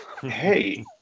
Hey